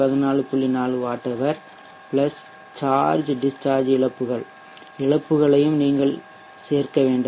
4 watt hour charge discharge இழப்புகள் இழப்புகளையும் நீங்கள் சேர்க்க வேண்டும்